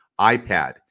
ipad